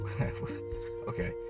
Okay